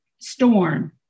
Storm